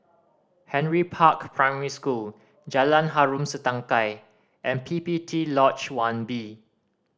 Henry Park Primary School Jalan Harom Setangkai and P P T Lodge One B